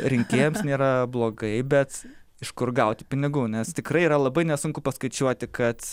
rinkėjams nėra blogai bet iš kur gauti pinigų nes tikrai yra labai nesunku paskaičiuoti kad